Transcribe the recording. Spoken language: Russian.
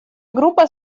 группа